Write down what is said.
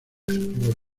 primos